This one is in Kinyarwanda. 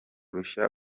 rushya